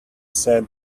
said